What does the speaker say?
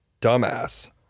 dumbass